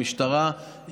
המשטרה,